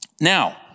Now